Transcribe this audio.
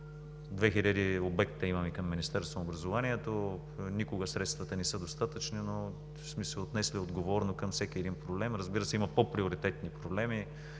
обекта имаме към Министерството на образованието. Никога средствата не са достатъчни, но сме се отнесли отговорно към всеки един проблем. Разбира се, има по-приоритетни проблеми.